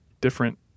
different